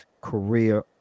career